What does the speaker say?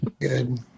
Good